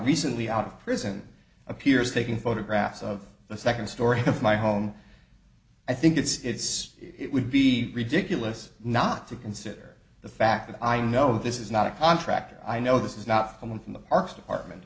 recently out of prison appears taking photographs of the second story of my home i think it's it would be ridiculous not to consider the fact that i know this is not a contractor i know this is not someone from the parks department